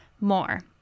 more